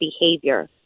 behavior